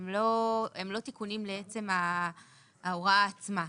הם לא תיקונים לעצם ההוראה עצמה.